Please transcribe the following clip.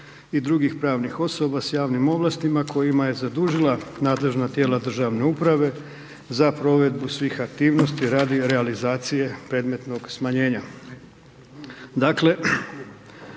i drugih pravnih osoba s javnim ovlastima kojima je zadužila nadležna tijela državne uprave za provedbu svih aktivnosti radi realizacije predmetnog smanjenja.